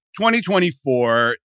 2024